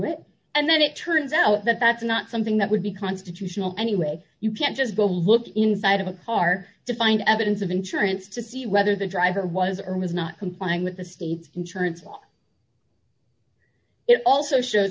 it and then it turns out that that's not something that would be constitutional anyway you can't just go look inside of a car to find evidence of insurance to see whether the driver was or was not complying with the state's insurance law it also